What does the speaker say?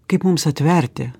kaip mums atverti